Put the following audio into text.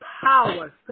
power